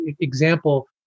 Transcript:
example